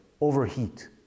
overheat